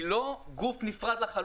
היא לא גוף נפרד לחלוטין.